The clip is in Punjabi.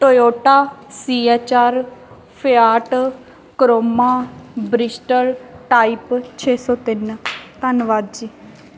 Toyota C H R Fiat Toyota Bristol type ਛੇ ਸੌ ਤਿੰਨ ਧੰਨਵਾਦ ਜੀ